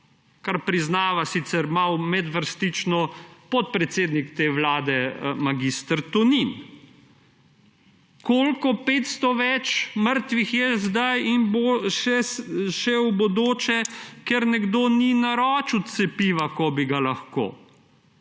kar priznava, sicer malo medvrstično, podpredsednik te vlade mag. Tonin. Koliko 500 več mrtvih je zdaj in bo še v bodoče, ker nekdo ni naročil cepiva, ko bi ga lahko?